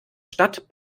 stadt